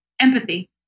Empathy